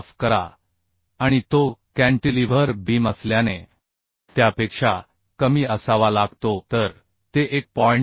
माफ करा आणि तो कॅन्टिलीव्हर बीम असल्याने त्यापेक्षा कमी असावा लागतो तर ते 1